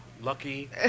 Lucky